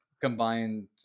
combined